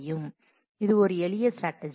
எனவே இது ஒரு எளிய ஸ்ட்ராடஜி